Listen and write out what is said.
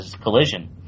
collision